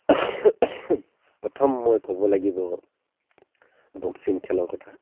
প্ৰথম মই ক'ব লাগিব বক্সিং খেলৰ কথা